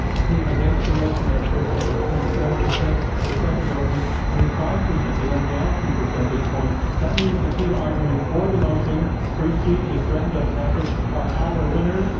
the team against the motion, their first vote was twenty seven percent, their second vote was twenty five percent. they went down two percentage points. that means the team arguing for the motion, free speech is threatened on campus, are our winners.